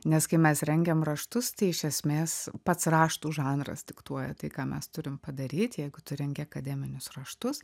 nes kai mes rengiam raštus tai iš esmės pats raštų žanras diktuoja tai ką mes turim padaryt jeigu tu rengi akademinius raštus